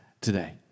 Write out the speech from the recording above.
today